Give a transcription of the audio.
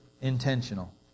intentional